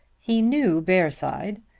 he knew bearside.